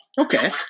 okay